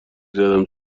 زدم